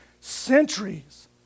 centuries